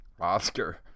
Oscar